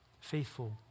Faithful